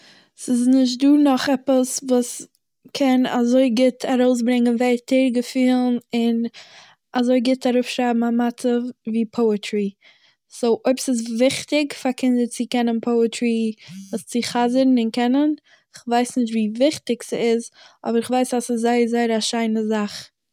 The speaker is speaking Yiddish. ס'איז נישט דא נאך עפעס וואס קען אזוי גוט ארויסברענגען ווערטער, געפילן, און אזוי גוט אראפשרייבן א מצב ווי פאעטרי. סו, אויב ס'איז וויכטיג פאר קינדער צו קענען פאעטרי עס צו חזר'ן און קענען - איך ווייס נישט ווי וויכטיג ס'איז, אבער איך ווייס אז ס'איז זייער זייער א שיינע זאך